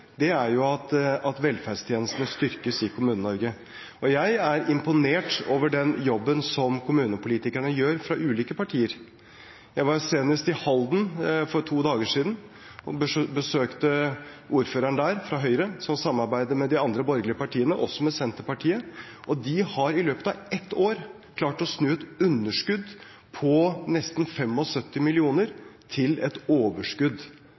er at velferdstjenestene styrkes i Kommune-Norge. Jeg er imponert over den jobben som kommunepolitikerne gjør – fra ulike partier. Jeg var i Halden for to dager siden og besøkte ordføreren der, fra Høyre, som samarbeider med de andre borgerlige partiene, også med Senterpartiet, og de har i løpet av ett år klart å snu et underskudd på nesten 75 mill. kr til et overskudd.